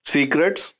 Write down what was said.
Secrets